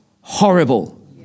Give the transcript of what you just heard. horrible